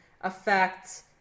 affect